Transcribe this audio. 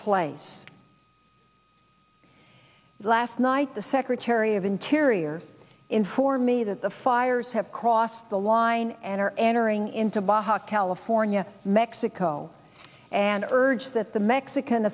place last night the secretary of interior informed me that the fires have crossed the line and are entering into baja california mexico and urge that the mexican